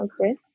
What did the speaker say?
okay